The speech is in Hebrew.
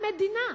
המדינה.